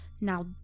Now